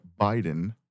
Biden